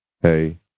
hey